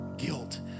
guilt